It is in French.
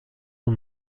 son